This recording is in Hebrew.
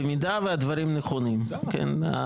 במידה והדברים נכונים, כן?